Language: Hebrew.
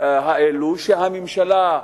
האלה שהממשלה,